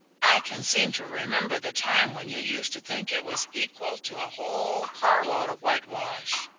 i can seem to remember the time when you used to think it was equal to a whole carload of whitewash.